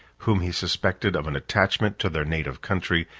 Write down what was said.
whom he suspected of an attachment to their native country,